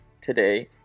today